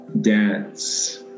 dance